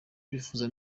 bifuza